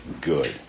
good